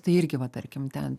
tai irgi va tarkim ten